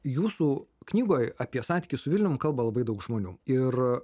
jūsų knygoj apie santykį su vilnium kalba labai daug žmonių ir